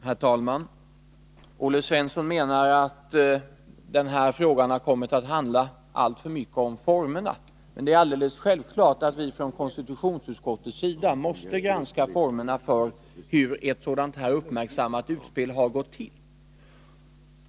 Herr talman! Olle Svensson menar att den här frågan har kommit att Onsdagen den handla alltför mycket om formerna, men det är alldeles självklart att vi från 25 maj 1983 konstitutionsutskottets sida måste granska hur ett sådant här uppmärksammat utspel har gått till.